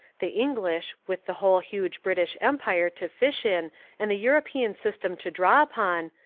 the english, with the whole huge british empire to fish in and the european system to draw upon,